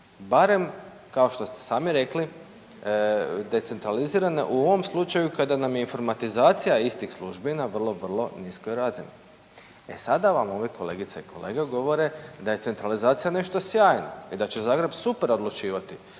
barem kao što ste sami rekli decentralizirane u ovom slučaju kada nam je informatizacija istih službi na vrlo, vrlo niskoj razini. E sada vam moje kolegice i kolege govore da je centralizacija nešto sjajno i da će Zagreb super odlučivati